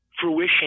fruition